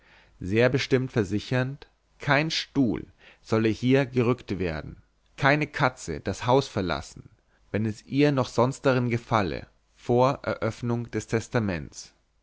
sehr bestimmt versichernd kein stuhl solle hier gerückt werden keine katze das haus verlassen wenn es ihr noch sonst darin gefalle vor eröffnung des testaments